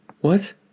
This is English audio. What